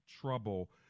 trouble